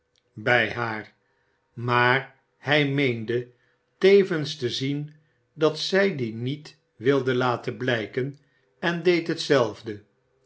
hij haar maar hij meende tevens te zien dat zij die niet wilde laten blijken en deed hetzelfde